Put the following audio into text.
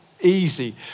easy